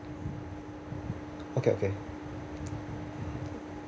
okay okay